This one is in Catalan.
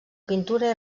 pintura